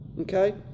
Okay